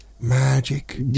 Magic